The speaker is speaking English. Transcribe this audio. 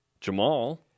Jamal